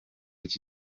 iki